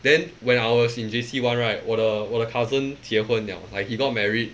then when I was in J_C one right 我的我的 cousin 结婚 liao like he got married